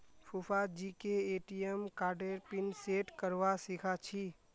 फूफाजीके ए.टी.एम कार्डेर pin set करवा सीखा छि